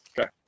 Okay